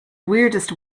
weirdest